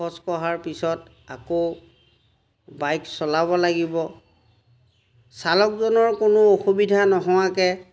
খোজ কঢ়াৰ পিছত আকৌ বাইক চলাব লাগিব চালকজনৰ কোনো অসুবিধা নোহোৱাকৈ